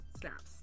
snaps